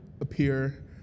appear